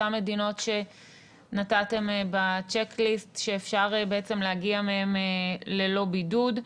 אותן מדינות שנתתם בצ'ק ליסט שאפשר להגיע מהן ללא בידוד.